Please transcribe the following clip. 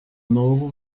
novo